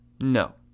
No